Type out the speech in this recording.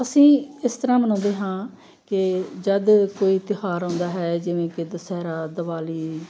ਅਸੀਂ ਇਸ ਤਰ੍ਹਾਂ ਮਨਾਉਂਦੇ ਹਾਂ ਕਿ ਜਦ ਕੋਈ ਤਿਉਹਾਰ ਆਉਂਦਾ ਹੈ ਜਿਵੇਂ ਕਿ ਦੁਸਹਿਰਾ ਦਿਵਾਲੀ